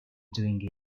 doing